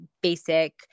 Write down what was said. basic